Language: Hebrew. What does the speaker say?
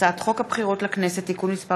הצעת חוק הבחירות לכנסת (תיקון מס'